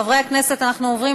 חברי הכנסת, אנחנו עוברים